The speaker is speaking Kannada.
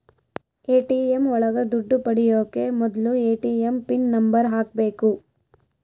ಎ.ಟಿ.ಎಂ ಒಳಗ ದುಡ್ಡು ಪಡಿಯೋಕೆ ಮೊದ್ಲು ಎ.ಟಿ.ಎಂ ಪಿನ್ ನಂಬರ್ ಹಾಕ್ಬೇಕು